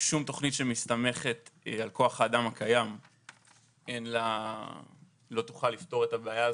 שום תוכנית שמסתמכת על כוח האדם הקיים לא תוכל לפתור את הבעיה הזאת,